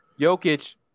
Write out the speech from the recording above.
Jokic